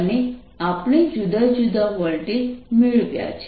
અને આપણે જુદા જુદા વોલ્ટેજ મેળવ્યા છે